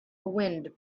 wind